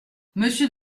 monsieur